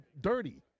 dirty